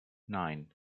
nine